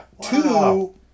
Two